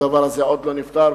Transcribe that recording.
הדבר הזה עוד לא נפתר,